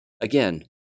Again